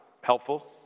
helpful